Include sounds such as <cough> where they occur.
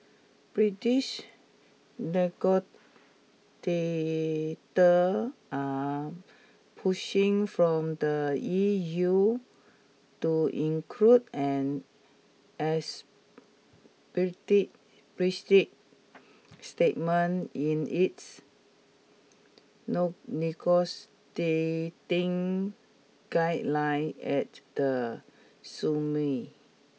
British negotiators are pushing from the E U to include an <unintelligible> explicit statement in its <unintelligible> negotiating guideline at the <unintelligible>